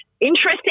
interesting